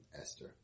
Esther